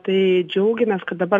tai džiaugiamės kad dabar